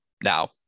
now